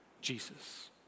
Jesus